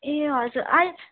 ए हजुर